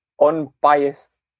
unbiased